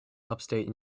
upstate